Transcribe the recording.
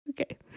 okay